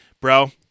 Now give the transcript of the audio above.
Bro